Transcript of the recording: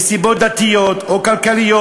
מסיבות דתיות או כלכליות,